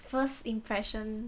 first impression